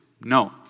No